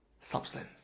substance